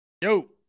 Yo